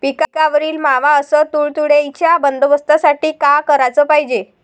पिकावरील मावा अस तुडतुड्याइच्या बंदोबस्तासाठी का कराच पायजे?